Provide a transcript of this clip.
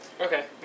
Okay